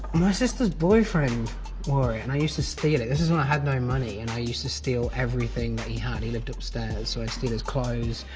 my sister's boyfriend wore it and i used to steal it. this is when i had no money and i used to steal everything that he had. he lived upstairs, so i'd steal his clothes,